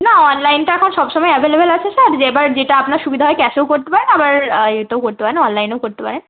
না অনলাইন তো এখন সব সময় অ্যাভেলেবল আছে স্যার এবার যেটা আপনার সুবিধা হয় ক্যাশেও করতে পারেন আবার এতেও করতে পারেন অনলাইনেও করতে পারেন